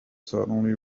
certainly